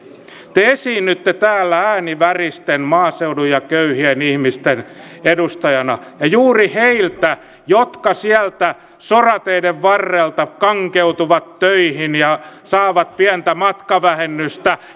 te esiinnytte täällä ääni väristen maaseudun ja köyhien ihmisten edustajana juuri heidät jotka sieltä sorateiden varrelta kankeutuvat töihin ja saavat pientä matkavähennystä